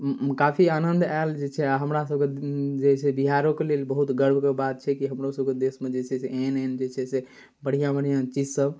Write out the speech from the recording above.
काफी आनन्द आएल जे छै आओर हमरासभके जे छै बिहारोके लेल बहुत गर्वके बात छै कि हमरोसभके देशमे जे छै से एहन एहन जे छै से बढ़िआँ बढ़िआँ चीजसब